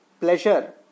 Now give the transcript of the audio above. pleasure